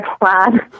plan